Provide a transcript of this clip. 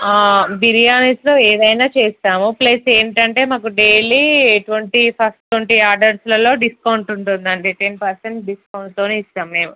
బిర్యానీస్లో ఏదైనా చేస్తాము ప్లస్ ఏంటంటే మాకు డైలీ ట్వెంటీ ఫస్ట్ ట్వెంటీ ఆర్డర్స్లలో డిస్కౌంట్ ఉంటుందండి టెన్ పర్సెంట్ డిస్కౌంట్తోనే ఇస్తాము మేము